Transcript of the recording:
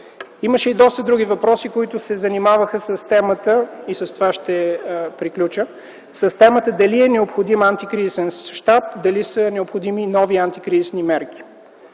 Имаше и доста други въпроси, които се занимаваха с темата, и с това ще приключа, дали е необходим антикризисен щаб, дали са необходими нови антикризисни мерки.